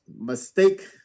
mistake